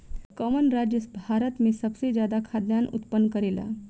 कवन राज्य भारत में सबसे ज्यादा खाद्यान उत्पन्न करेला?